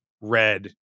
red